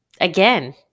Again